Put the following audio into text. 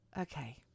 okay